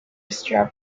strap